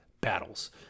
battles